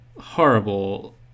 horrible